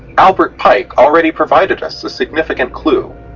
albert pike already provided us a significant clue,